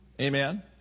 Amen